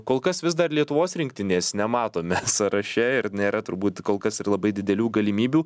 kol kas vis dar lietuvos rinktinės nematome sąraše ir nėra turbūt kol kas ir labai didelių galimybių